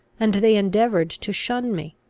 and they endeavoured to shun me.